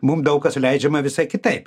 mum daug kas leidžiama visai kitaip